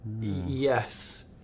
Yes